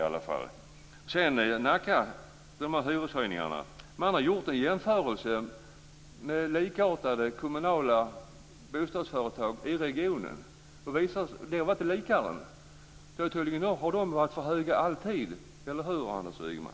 När det gäller hyreshöjningarna i Nacka har man gjort en jämförelse med likartade kommunala bostadsföretag i regionen, och de har varit likadana. Då har tydligen hyrorna alltid varit för höga, eller hur Anders Ygeman?